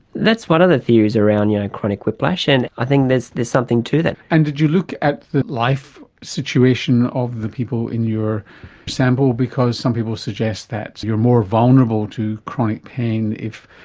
that's one of the theories around and chronic whiplash, and i think there's there's something to that. and did you look at the life situation of the people in your sample, because some people suggest that you are more vulnerable to chronic pain if,